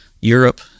Europe